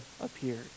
appeared